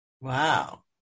Wow